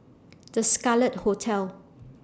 The Scarlet Hotel